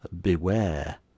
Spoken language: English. Beware